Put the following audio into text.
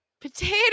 Potato